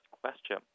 Question